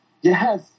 Yes